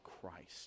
christ